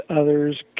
others